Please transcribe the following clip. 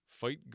fight